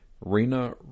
Rina